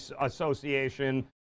association